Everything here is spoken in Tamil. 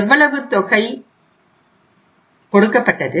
எவ்வளவு தொகை கொடுக்கப்பட்டது